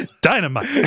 dynamite